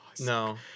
No